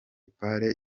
part